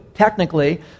Technically